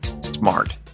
smart